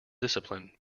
discipline